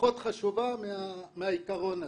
פחות חשובה מהעיקרון הזה.